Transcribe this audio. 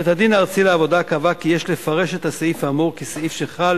בית-הדין הארצי לעבודה קבע כי יש לפרש את הסעיף האמור כסעיף שחל